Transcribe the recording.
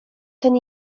ten